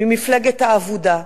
ממפלגת האבוּדה,